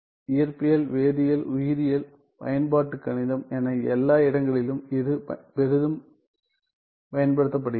இயற்பியல் வேதியியல் உயிரியல் பயன்பாட்டுக் கணிதம் என எல்லா இடங்களிலும் இது பெரிதும் பயன்படுத்தப்படுகிறது